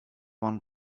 one